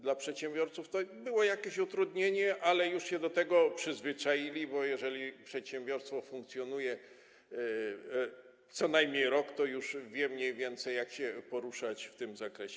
Dla przedsiębiorców to było jakieś utrudnienie, ale już się do tego przyzwyczaili, bo jeżeli przedsiębiorstwo funkcjonuje co najmniej rok, to już wie mniej więcej, jak się poruszać w tym zakresie.